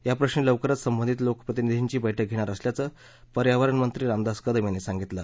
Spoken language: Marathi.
याप्रश्नी लवकरच संबंधित लोकप्रतिनिधींची बैठक घेणार असल्याचं पर्यावरण मंत्री रामदास कदम यांनी सांगितलं